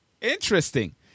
Interesting